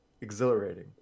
exhilarating